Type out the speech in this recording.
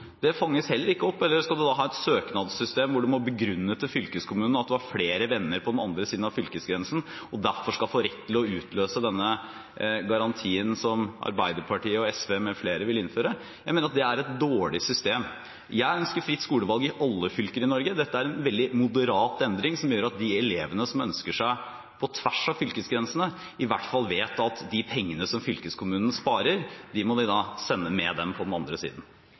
skolen, fanges det heller ikke opp. Eller skal man ha et søknadssystem hvor man må begrunne for fylkeskommunen at man har flere venner på den andre siden av fylkesgrensen, og derfor skal få rett til å utløse denne garantien som Arbeiderpartiet og SV med flere vil innføre? Jeg mener at det er et dårlig system. Jeg ønsker fritt skolevalg i alle fylker i Norge. Dette er en veldig moderat endring, som gjør at de elevene som ønsker seg over fylkesgrensene, i hvert fall vet at de pengene som fylkeskommunen sparer, må de sende med dem på den andre siden.